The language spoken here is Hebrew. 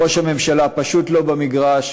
ראש הממשלה פשוט לא במגרש.